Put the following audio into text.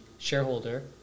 shareholder